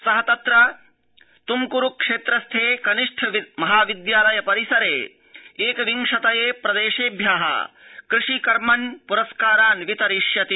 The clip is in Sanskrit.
स तत्र तुम्क्रु क्षेत्र स्थे कनिष्ठ महाविद्यालय परिसरे एक विंशतये प्रदेशेभ्य कृषिकर्मन् प्रस्कारान् वितरिष्यति